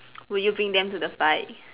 would you bring them to the fight